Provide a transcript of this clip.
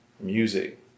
music